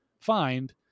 find